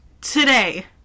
Today